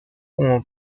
como